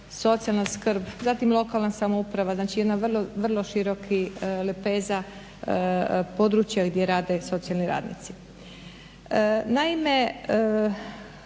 socijalna skrb, zatim lokalna samouprava. Znači, jedna vrlo široki lepeza područja gdje rade socijalni radnici. Naime,